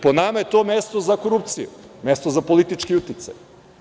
Po nama je to mesto za korupciju, mesto za politički uticaj.